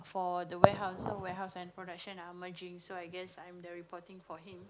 for the warehouse so warehouse and production are merging so I guess I'm the reporting for him